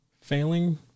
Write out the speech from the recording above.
failing